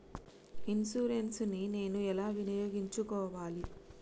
Insurance ని నేను ఎలా వినియోగించుకోవాలి?